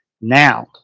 Now